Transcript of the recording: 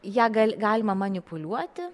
ją gal galima manipuliuoti